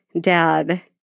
Dad